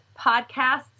podcasts